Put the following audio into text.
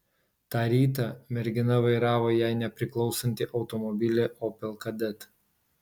tą rytą mergina vairavo jai nepriklausantį automobilį opel kadett